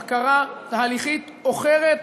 בקרה תהליכית אוחרת,